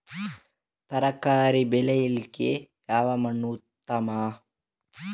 ತರಕಾರಿ ಬೆಳೆಯಲಿಕ್ಕೆ ಯಾವ ಮಣ್ಣು ಉತ್ತಮ?